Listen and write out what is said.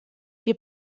wir